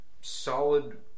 solid